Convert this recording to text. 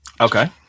okay